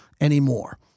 anymore